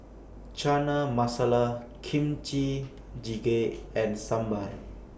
Chana Masala Kimchi Jjigae and Sambar